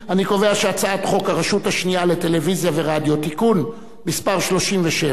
אני קובע שהצעת חוק הרשות השנייה לטלוויזיה ורדיו (תיקון מס' 37),